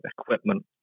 equipment